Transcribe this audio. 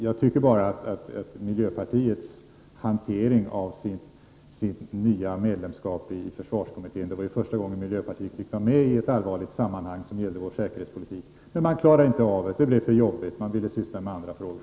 Jag tycker bara att miljöpartiet inte har lyckats hantera sitt nya medlemskap i försvarskommittén. Det var ju första gången miljöpartiet fick vara med i ett allvarligt sammanhang som gällde vår säkerhetspolitik. Men det klarade man inte av. Det blev för jobbigt och man ville syssla med andra frågor.